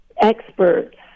experts